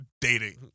Dating